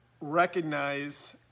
recognize